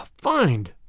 find